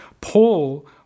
Paul